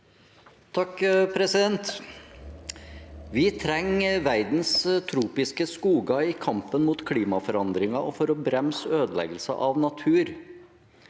(SV) «Vi trenger ver- dens tropiske skoger i kampen mot klimaforandringer og for å bremse ødeleggelse av natur.»